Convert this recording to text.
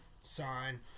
Sign